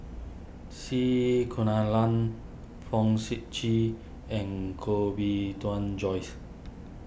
C Kunalan Fong Sip Chee and Koh Bee Tuan Joyce